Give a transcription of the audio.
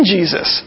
Jesus